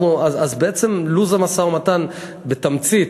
בעצם לוז המשא-ומתן בתמצית,